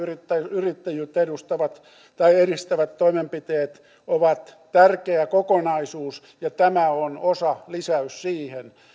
yrittäjyyttä edustavat tai edistävät toimenpiteet ovat tärkeä kokonaisuus ja tämä on osalisäys siihen